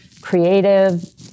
creative